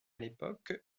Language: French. l’époque